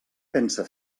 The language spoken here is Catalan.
pensa